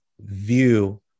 view